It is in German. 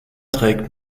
trägt